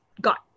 got